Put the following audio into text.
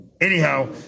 Anyhow